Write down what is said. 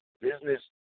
business